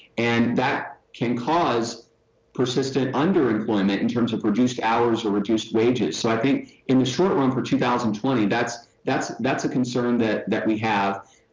and that can cause persistent underemployment in terms of reduced hours or reduced wages. so i think in the short run for two thousand and twenty, that's that's that's a concern that that we have